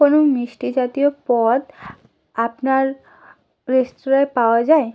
কোনো মিষ্টি জাতীয় পদ আপনার রেস্তোরাঁয় পাওয়া যায়